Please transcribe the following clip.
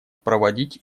проводить